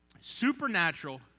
supernatural